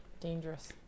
dangerous